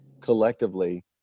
collectively